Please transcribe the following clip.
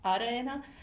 Arena